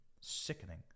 sickening